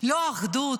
לא אחדות,